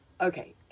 Okay